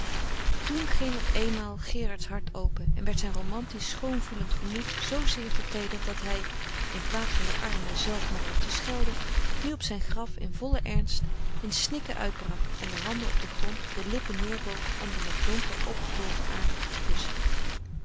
toen ging op eenmaal gerards hart open en werd zijn romantisch schoon voelend gemoed zoozeer verteederd dat hij in plaats van den armen zelfmoorder te schelden nu op zijn graf in vollen ernst in snikken uitbrak en de handen op den grond de lippen neerboog om de nog donker opgedolven aard te kussen